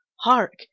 Hark